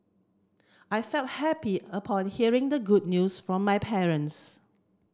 I felt happy upon hearing the good news from my parents